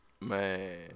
Man